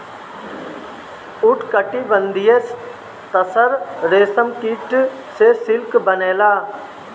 उष्णकटिबंधीय तसर रेशम कीट से सिल्क बनेला